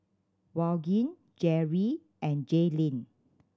Vaughn Jerry and Jaylene